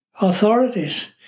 authorities